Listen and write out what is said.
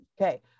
Okay